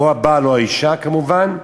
או הבעל או האישה, כמובן,